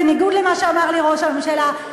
בניגוד למה שאמר לי ראש הממשלה.